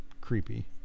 creepy